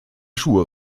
schuhe